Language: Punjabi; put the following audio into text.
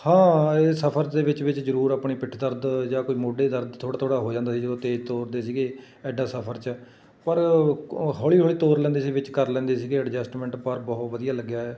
ਹਾਂ ਇਹ ਸਫਰ ਦੇ ਵਿੱਚ ਵਿੱਚ ਜ਼ਰੂਰ ਆਪਣੀ ਪਿੱਠ ਦਰਦ ਜਾਂ ਕੋਈ ਮੋਢੇ ਦਰਦ ਥੋੜ੍ਹਾ ਥੋੜ੍ਹਾ ਹੋ ਜਾਂਦਾ ਸੀ ਜਦੋਂ ਤੇਜ਼ ਤੋਰਦੇ ਸੀਗੇ ਐਡਾ ਸਫਰ 'ਚ ਪਰ ਹੌਲੀ ਹੌਲੀ ਤੋਰ ਲੈਂਦੇ ਸੀ ਵਿੱਚ ਕਰ ਲੈਂਦੇ ਸੀਗੇ ਐਡਜਸਟਮੈਂਟ ਪਰ ਬਹੁਤ ਵਧੀਆ ਲੱਗਿਆ ਹੈ